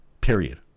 Period